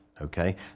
Okay